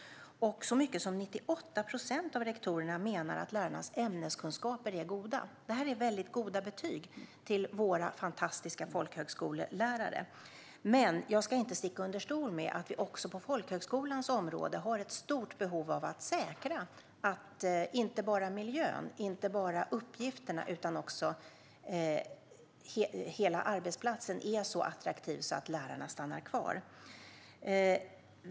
En så stor andel som 98 procent av rektorerna menar att lärarnas ämneskunskaper är goda. Detta är goda betyg till våra fantastiska folkhögskolelärare. Men jag ska inte sticka under stol med att vi också på folkhögskolans område har ett stort behov av att säkra att inte bara miljön och inte bara uppgifterna utan hela arbetsplatsen är så attraktiv att lärarna stannar kvar.